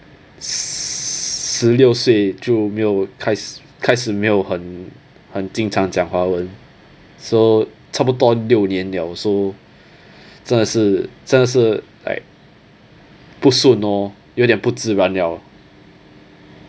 十六岁就没有开始开始没有很很经常讲华文 so 差不多六年 liao so 真的是真的是 like 不顺 lor 有点不自然了